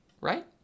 Right